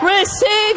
Receive